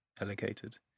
allocated